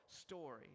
story